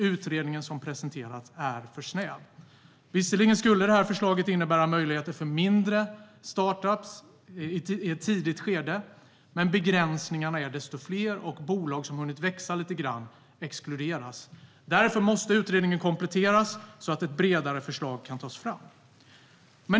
Utredningen som presenterats är för snäv. Visserligen skulle det här förslaget innebära möjligheter för mindre startups i ett tidigt skede. Men begränsningarna är desto fler, och bolag som har hunnit växa lite grann exkluderas. Därför måste utredningen kompletteras så att ett bredare förslag kan tas fram.